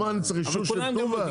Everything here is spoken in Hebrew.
מה אני צריך, אישור של תנובה?